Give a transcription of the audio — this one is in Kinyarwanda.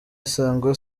isango